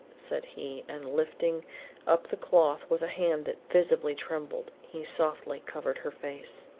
said he and lifting up the cloth with a hand that visibly trembled, he softly covered her face.